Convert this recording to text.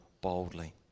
boldly